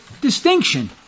distinction